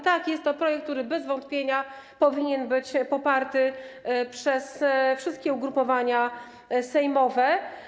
Tak, jest to projekt, który bez wątpienia powinien być poparty przez wszystkie ugrupowania sejmowe.